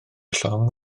llong